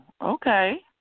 okay